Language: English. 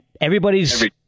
everybody's